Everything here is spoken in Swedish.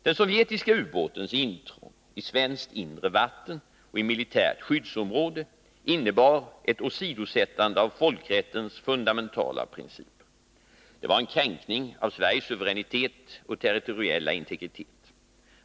Den sovjetiska ubåtens intrång i svenskt inre vatten och militärt skyddsområde innebar ett åsidosättande av folkrättens fundamentala principer. Det var en kränkning av Sveriges suveränitet och territoriella integritet.